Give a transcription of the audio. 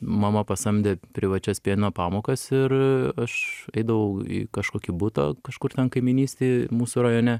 mama pasamdė privačias pianino pamokas ir aš eidavau į kažkokį butą kažkur ten kaimynystėj mūsų rajone